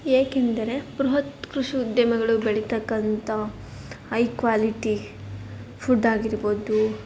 ಏಕೆಂದರೆ ಬೃಹತ್ ಕೃಷಿ ಉದ್ಯಮಗಳು ಬೆಳೀತಕ್ಕಂಥ ಐ ಕ್ವಾಲಿಟಿ ಫುಡ್ ಆಗಿರ್ಬೋದು